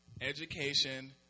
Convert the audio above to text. education